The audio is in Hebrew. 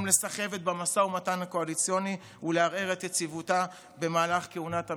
לסחבת במשא ומתן הקואליציוני ולערער את היציבות במהלך כהונת הממשלה,